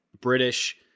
British